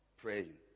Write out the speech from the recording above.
Praying